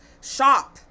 shop